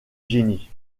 génie